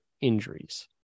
injuries